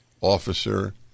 officer